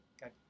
Got